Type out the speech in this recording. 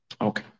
Okay